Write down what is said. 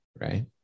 right